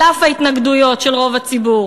על אף ההתנגדויות של רוב הציבור.